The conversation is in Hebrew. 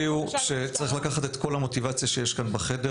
הוא שצריך לקחת את כל המוטיבציה שיש כאן בחדר